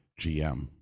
GM